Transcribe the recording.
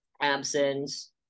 absence